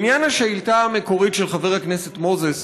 בעניין השאילתה המקורית של חבר הכנסת מוזס,